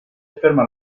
afferma